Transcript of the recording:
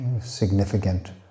significant